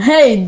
Hey